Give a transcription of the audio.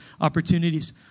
opportunities